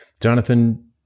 Jonathan